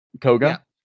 Koga